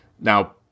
now